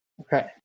Okay